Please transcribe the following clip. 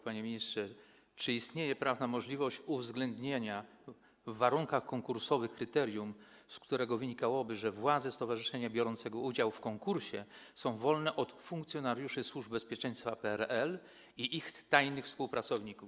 Panie ministrze, czy istnieje prawna możliwość uwzględnienia w warunkach konkursowych kryterium, z którego wynikałoby, że władze stowarzyszenia biorącego udział w konkursie są wolne od funkcjonariuszy służb bezpieczeństwa PRL i ich tajnych współpracowników?